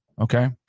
Okay